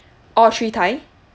all three thigh